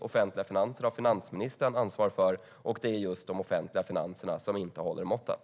Offentliga finanser har finansministern ansvar för, och det är just de offentliga finanserna som inte håller måttet.